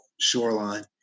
shoreline